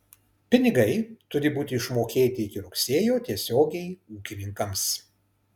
pinigai turi būti išmokėti iki rugsėjo tiesiogiai ūkininkams